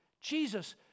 Jesus